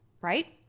right